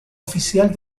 oficial